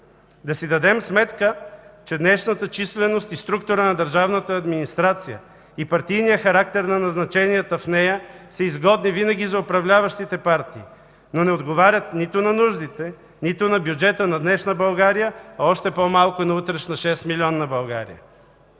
Да си дадем сметка, че днешната численост и структура на държавната администрация и партийният характер на назначенията в нея са изгодни винаги за управляващите партии, но не отговарят нито на нуждите, нито на бюджета на днешна България, а още по-малко – на утрешна шестмилионна България.